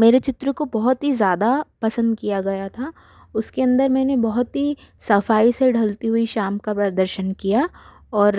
मेरे चित्र को बहुत ही ज़्यादा पसंद किया गया था उसके अंदर मैंने बहुत ही सफाई से ढलती हुई शाम का प्रदर्शन किया और